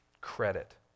credit